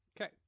Okay